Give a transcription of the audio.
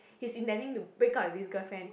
he's intending to break up with this girlfriend